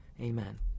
Amen